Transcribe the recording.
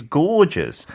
gorgeous